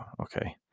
okay